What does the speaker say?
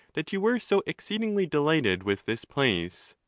that you were so exceedingly delighted with this place.